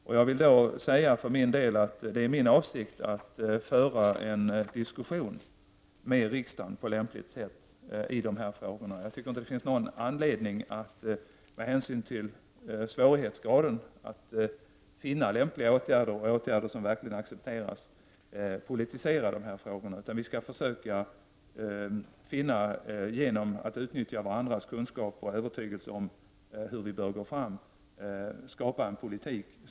För min del kan jag säga att det är min avsikt att föra en diskussion med riksdagen på ett lämpligt sätt i dessa frågor. Jag tycker inte att det finns anledning att politisera dessa frågor med tanke på hur svårt det är att finna lämpliga åtgärder som verkligen accepteras. Vi skall försöka skapa en politik som kan bära framåt — genom att utnyttja varandras kunskaper och övertygelse om hur vi bör gå fram.